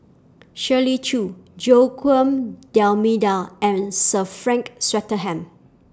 Shirley Chew Joaquim D'almeida and Sir Frank Swettenham